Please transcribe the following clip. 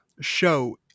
show